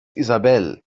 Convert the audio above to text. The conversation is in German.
isabel